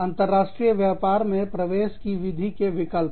अंतरराष्ट्रीय व्यापार में प्रवेश की विधि के विकल्प